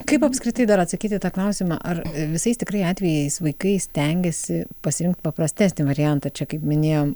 kaip apskritai dar atsakyt į tą klausimą ar visais tikrai atvejais vaikai stengiasi pasirinkt paprastesnį variantą čia kaip minėjom